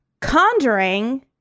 Conjuring